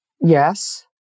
Yes